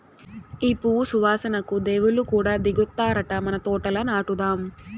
ఈ పువ్వు సువాసనకు దేవుళ్ళు కూడా దిగొత్తారట మన తోటల నాటుదాం